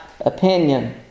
opinion